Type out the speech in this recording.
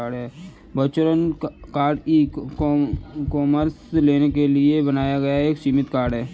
virtual card e commerce लेनदेन के लिए बनाया गया एक सीमित डेबिट कार्ड है